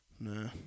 Nah